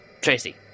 Tracy